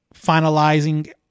finalizing